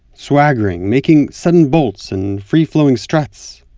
swaggering, making sudden bolts and free-flowing struts.